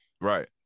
Right